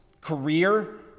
career